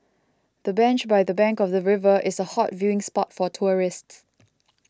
the bench by the bank of the river is a hot viewing spot for tourists